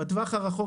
בטווח הרחוק,